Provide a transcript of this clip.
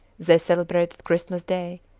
they celebrated christmas day,